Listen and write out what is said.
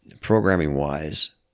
programming-wise